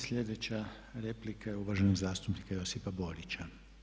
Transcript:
Sljedeća replika je uvaženog zastupnika Josipa Borića.